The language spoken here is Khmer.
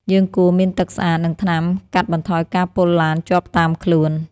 យើងគួរមានទឹកស្អាត និងថ្នាំកាត់បន្ថយការពុលឡានជាប់តាមខ្លួន។